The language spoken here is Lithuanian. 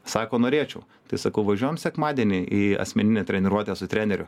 sako norėčiau tai sakau važiuojam sekmadienį į asmeninę treniruotę su treneriu